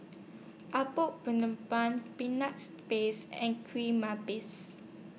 Apom Peanuts Paste and Kueh